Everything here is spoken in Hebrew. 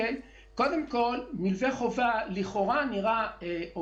קודם כול, מלווה חובה נראה לכאורה הוגן.